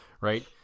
right